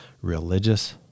religious